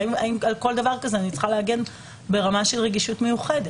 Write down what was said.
האם על כל דבר כזה אני צריכה להגן עליו ברמה של רגישות מיוחדת?